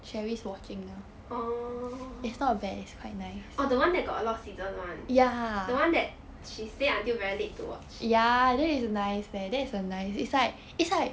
oh orh the one that got a lot of season one the one that she stay until very late to watch